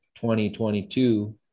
2022